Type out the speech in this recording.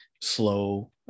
slow